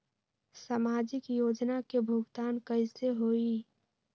समाजिक योजना के भुगतान कैसे होई?